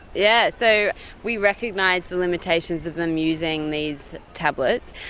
yeah so we recognised the limitations of them using these tablets.